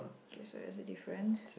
K so there's a difference